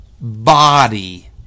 body